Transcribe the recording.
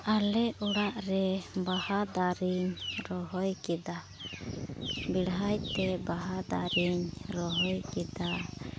ᱟᱞᱮ ᱚᱲᱟᱜ ᱨᱮ ᱵᱟᱦᱟ ᱫᱟᱨᱮᱧ ᱨᱚᱦᱚᱭ ᱠᱮᱫᱟ ᱵᱮᱲᱦᱟᱭ ᱛᱮ ᱵᱟᱦᱟ ᱫᱟᱨᱮᱧ ᱨᱚᱦᱚᱭ ᱠᱮᱫᱟ